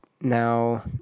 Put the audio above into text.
Now